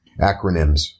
acronyms